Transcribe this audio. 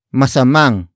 masamang